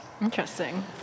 Interesting